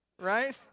right